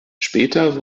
später